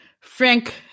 Frank